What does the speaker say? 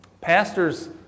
Pastors